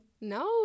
No